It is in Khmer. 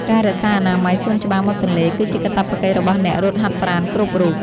ការរក្សាអនាម័យសួនច្បារមាត់ទន្លេ គឺជាកាតព្វកិច្ចរបស់អ្នករត់ហាត់ប្រាណគ្រប់រូប។